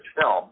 film